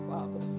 Father